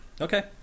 Okay